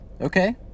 okay